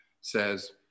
says